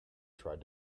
tried